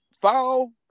foul